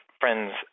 friends